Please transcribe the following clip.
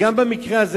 וגם במקרה הזה